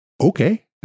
okay